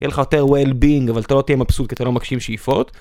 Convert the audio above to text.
יהיה לך יותר well-being אבל אתה לא תהיה מבסוט כי אתה לא מגשים שאיפות